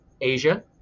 Asia